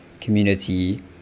community